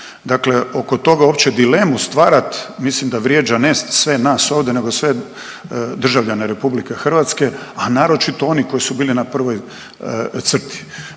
Dakle oko toga uopće dilemu stvarati mislim da vrijeđa, ne sve nas ovdje nego sve državljane RH, a naročito onih koji su bili na prvoj crti.